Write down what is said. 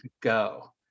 go